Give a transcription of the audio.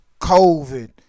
COVID